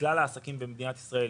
לכלל העסקים במדינת ישראל,